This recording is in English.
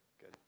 good